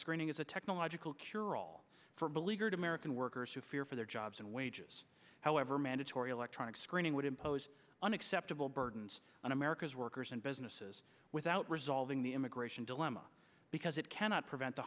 screening as a technological cure all for beleaguered american workers who fear for their jobs and wages however mandatory electronic screening would impose unacceptable burdens on america's workers and businesses without resolving the immigration dilemma because it cannot prevent the